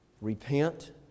Repent